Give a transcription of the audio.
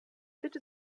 bitte